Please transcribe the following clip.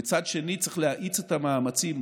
ומצד אחר צריך להאיץ את המאמצים,